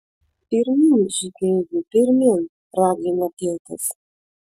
pirmyn žygeivi pirmyn ragina tėtis